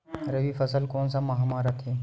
रबी फसल कोन सा माह म रथे?